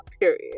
period